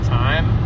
time